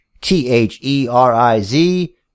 T-H-E-R-I-Z